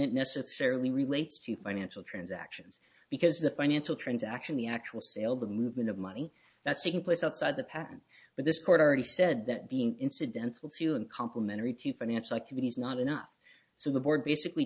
it necessarily relates to financial transactions because the financial transaction the actual sale the movement of money that's taking place outside the patent but this court already said that being incidental few uncomplimentary to finance like that he's not enough so the board basically